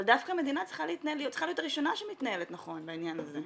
אבל דווקא מדינה צריכה להיות הראשונה שמתנהלת נכון בעניין הזה.